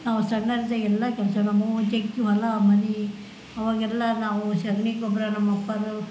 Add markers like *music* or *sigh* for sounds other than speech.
ನಾವು ಸಣ್ಣರು ಇದ್ದಾಗ ಎಲ್ಲ ಕೆಲಸ ನಮ್ಮವ್ವ *unintelligible* ಹೊಲ ಮನೆ ಆವಾಗೆಲ್ಲ ನಾವು ಸಗಣಿ ಗೊಬ್ಬರ ನಮ್ಮಪ್ಪರು